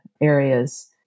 areas